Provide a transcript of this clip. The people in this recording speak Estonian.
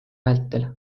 vältel